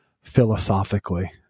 philosophically